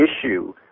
issue